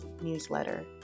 newsletter